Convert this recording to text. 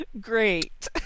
Great